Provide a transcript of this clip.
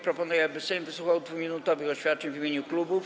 Proponuję, aby Sejm wysłuchał 2-minutowych oświadczeń w imieniu klubów.